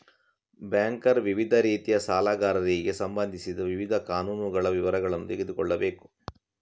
banker ವಿವಿಧ ರೀತಿಯ ಸಾಲಗಾರರಿಗೆ ಸಂಬಂಧಿಸಿದ ವಿವಿಧ ಕಾನೂನುಗಳ ವಿವರಗಳನ್ನು ತಿಳಿದುಕೊಳ್ಳಬೇಕು